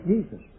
Jesus